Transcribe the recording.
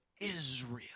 Israel